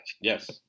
Yes